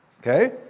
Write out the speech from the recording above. Okay